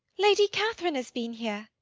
lady catherine has been here.